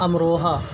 Amroha